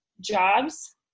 jobs